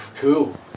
Cool